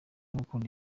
gukunda